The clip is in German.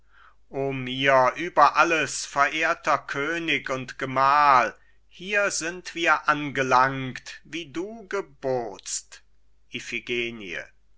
o mir über alles verehrter könig und gemahl hier sind wir angelangt wie du